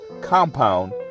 compound